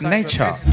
Nature